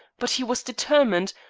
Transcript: but he was determined,